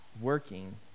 working